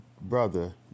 brother